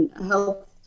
health